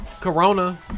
Corona